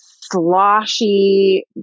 sloshy